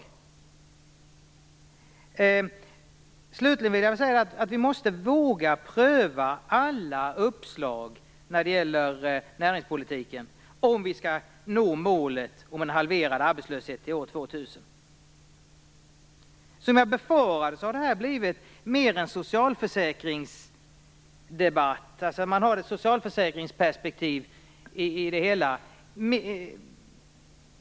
Slutligen vill jag säga att vi måste våga pröva alla uppslag när det gäller näringspolitiken om vi skall nå målet om en halverad arbetslöshet till år 2000. Som jag befarade har det här blivit mer en socialförsäkringsdebatt.